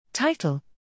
title